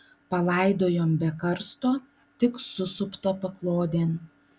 palaidojom be karsto tik susuptą paklodėn